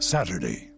Saturday